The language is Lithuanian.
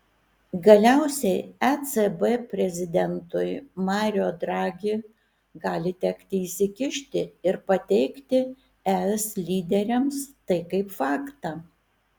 galiausiai ecb prezidentui mario draghi gali tekti įsikišti ir pateikti es lyderiams tai kaip faktą